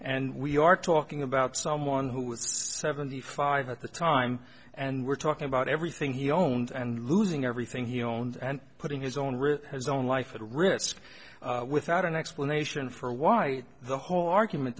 and we are talking about someone who was seventy five at the time and we're talking about everything he owned and losing everything he owns and putting his own rig his own life at risk without an explanation for why the whole argument